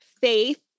Faith